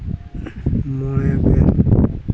ᱢᱚᱬᱮ ᱜᱮᱞ